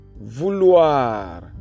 vouloir